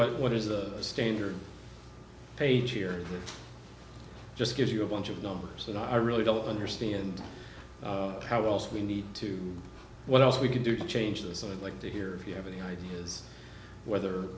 really what is a standard page here just gives you a bunch of numbers and i really don't understand how else we need to what else we can do to change this i'd like to hear if you have any ideas whether